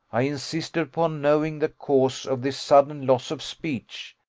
i insisted upon knowing the cause of this sudden loss of speech.